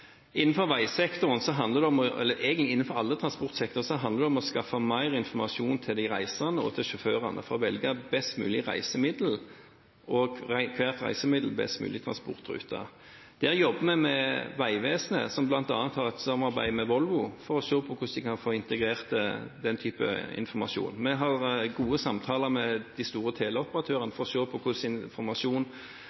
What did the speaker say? Innenfor egentlig alle transportsektorer handler det om å skaffe mer informasjon til de reisende og sjåførene for å kunne velge best mulig reisemiddel og best mulig transportrute for hvert reisemiddel. På dette feltet jobber vi sammen med Vegvesenet, som bl.a. har et samarbeid med Volvo for å se på hvordan de kan få integrert den typen informasjon. Vi har gode samtaler med de store